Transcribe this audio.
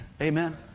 amen